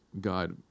god